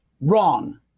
wrong